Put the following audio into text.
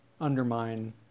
undermine